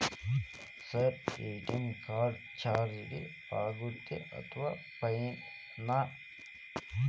Sir ATM card ಗೆ charge ಆಗುತ್ತಾ ಅಥವಾ ಫ್ರೇ ನಾ?